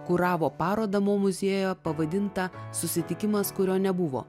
kuravo parodą mo muziejuje pavadintą susitikimas kurio nebuvo